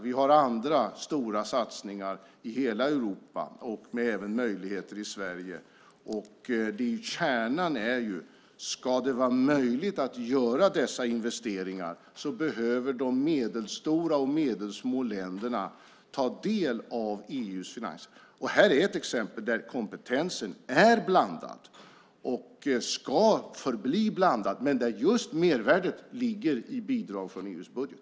Vi har andra stora satsningar i hela Europa, även möjligheter i Sverige. Kärnan är ju att för att det ska vara möjligt att göra dessa investeringar behöver de medelstora och medelsmå länderna ta del av EU:s finanser. Här finns ett exempel på där kompetensen är blandad, och ska förbli blandad, men där just mervärdet ligger i bidrag från EU:s budget.